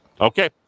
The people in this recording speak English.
okay